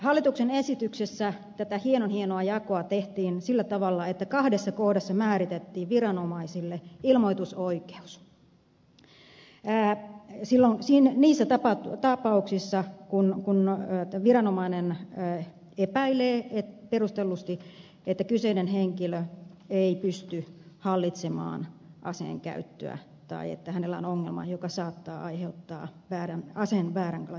hallituksen esityksessä tätä hienon hienoa jakoa tehtiin sillä tavalla että kahdessa kohdassa määritettiin viranomaisille ilmoitusoikeus niissä tapauksissa kun viranomainen epäilee perustellusti että kyseinen henkilö ei pysty hallitsemaan aseenkäyttöä tai että hänellä on ongelma joka saattaa aiheuttaa aseen vääränlaista käyttöä